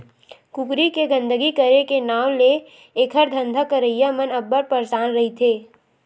कुकरी के गंदगी करे के नांव ले एखर धंधा करइया मन अब्बड़ परसान रहिथे